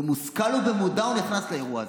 במושכל ובמודע הוא נכנס לאירוע הזה.